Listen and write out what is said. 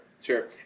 Sure